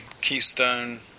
Keystone